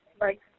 Right